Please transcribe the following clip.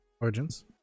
Origins